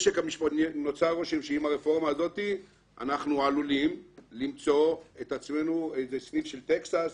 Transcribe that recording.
נוצר רושם שעם הרפורמה הזאת אנחנו עלולים למצוא את עצמנו כסניף של טקסס,